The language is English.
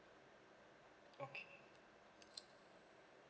okay